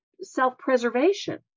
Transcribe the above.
self-preservation